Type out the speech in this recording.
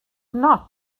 not